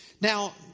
Now